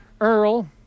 Earl